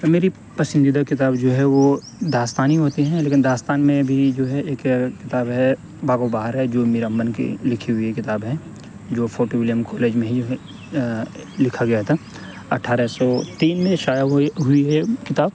میری پسندیدہ کتاب جو ہے وہ داستان ہی ہوتے ہیں لیکن داستان میں بھی جو ہے ایک کتاب ہے باغ و بہار ہے جو میرا من کے لکھی ہوئی کتاب ہے جو فورٹ ولیم کالج میں ہی لکھا گیا تھا اٹھارہ سو تین میں شائع ہوئی ہوئی ہے کتاب